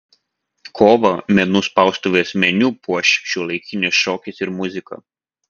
kovą menų spaustuvės meniu puoš šiuolaikinis šokis ir muzika